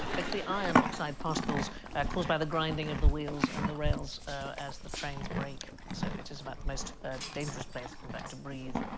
it's the iron oxide particles caused by the grinding of the wheels and the rails as the trains break so it is about the most dangerous place in the back to breathe